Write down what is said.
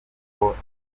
amavuta